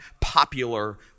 popular